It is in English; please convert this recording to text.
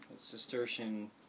Cistercian